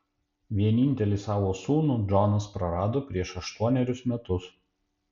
vienintelį savo sūnų džonas prarado prieš aštuonerius metus